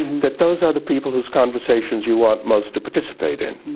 that those are the people whose conversations you want most to participate in.